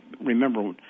remember